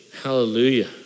Hallelujah